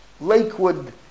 Lakewood